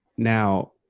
Now